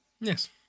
Yes